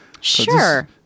Sure